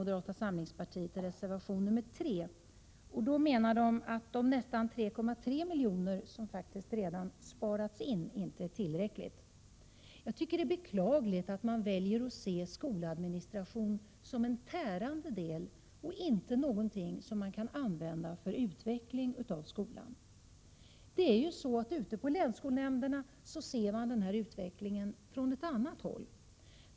De menar att de knappt 3,3 miljoner som faktiskt redan har sparats in inte är tillräckliga. Jag tycker att det är beklagligt att man väljer att se skoladministration som en tärande del, och inte som något som kan användas för utveckling av skolan. Ute på länsskolnämnderna ser man denna utveckling från ett annat håll.